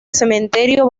cementerio